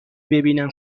ببینن